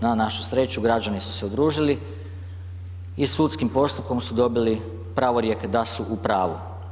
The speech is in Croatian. Na našu sreću, građani su se udružili i sudskim postupkom su dobili pravorijek da su u pravu.